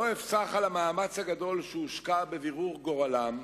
לא אפסח על המאמץ הגדול שהושקע בבירור גורלם,